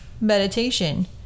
meditation